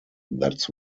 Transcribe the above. that’s